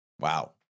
Wow